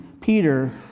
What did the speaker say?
Peter